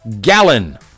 gallon